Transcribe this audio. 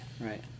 right